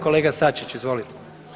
Kolega SAčić izvolite.